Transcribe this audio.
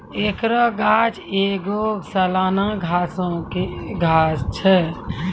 एकरो गाछ एगो सलाना घासो के गाछ छै